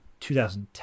2010